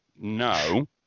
no